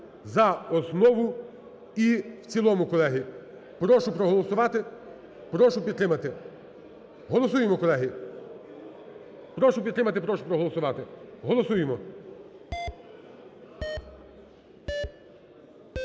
за основу і в цілому, колеги. Прошу проголосувати, прошу підтримати. Голосуємо, колеги. Прошу підтримати, прошу проголосувати. Голосуємо.